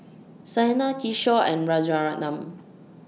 Saina Kishore and Rajaratnam